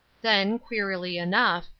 then, queerly enough,